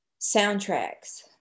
soundtracks